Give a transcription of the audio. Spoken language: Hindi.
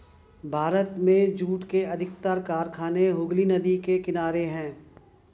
भारत में जूट के अधिकतर कारखाने हुगली नदी के किनारे हैं